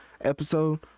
episode